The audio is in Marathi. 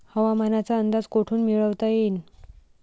हवामानाचा अंदाज कोठून मिळवता येईन?